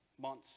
months